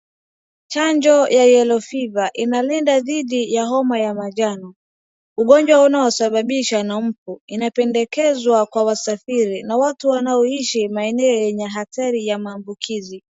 Chanjo ya yellow fever inalinda dhidi ya homa ya manjano. Ugonjwa unaosababishwa na mbu. Inapendekezwa kwa wasafiri na watu wanaoishi maneno yenye athari ya maambukizi.